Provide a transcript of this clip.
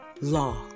law